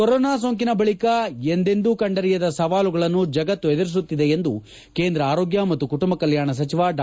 corona ಸೋಂಕಿನ ಬಳಿಕ ಎಂದೆಂದೋ ಕಂಡರಿಯದ ಸವಾಲುಗಳನ್ನು ಜಗತ್ತು ಎದುರಿಸುತ್ತಿದೆ ಎಂದು ಕೇಂದ್ರ ಆರೋಗ್ಯ ಮತ್ತು ಕುಟುಂಬ ಕಲ್ಯಾಣ ಸಚಿವ ಡಾ